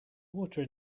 water